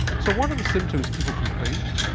so what are the symptoms people complain um